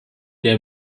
der